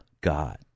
God